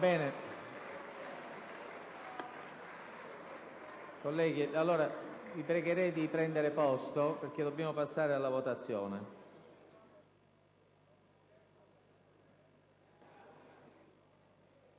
Colleghi, vi prego di prendere posto perché dobbiamo passare alla votazione.